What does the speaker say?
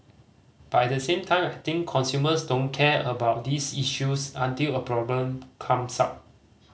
but at the same time I think consumers don't care about these issues until a problem comes up